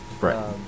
Right